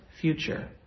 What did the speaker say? future